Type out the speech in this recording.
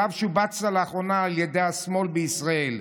שאליו שובצת לאחרונה על ידי השמאל בישראל,